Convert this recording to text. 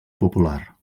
popular